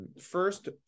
First